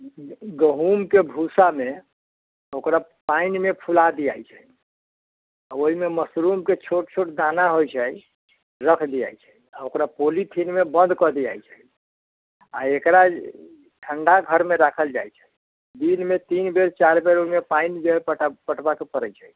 ग गहुँमके भूसामे ओकरा पानिमे फुला देआइ छै आ ओहिमे मशरूमके छोट छोट दाना होइत छै रख दिआइ छै आ ओकरा पोलीथिनमे बन्द कऽ दिआइ छै आ एकरा ठण्डा घरमे राखल जाइत छै दिनमे तीन बेर चारि बेर ओहिमे पानि जे हइ पट पटबऽके पड़ैत छै